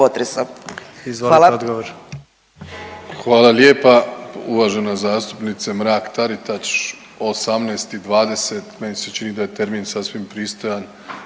Izvolite odgovor.